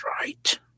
Right